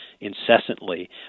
incessantly